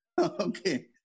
Okay